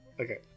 Okay